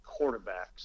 quarterbacks